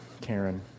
Karen